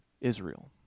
Israel